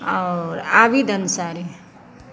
आओर आबिद अन्सारी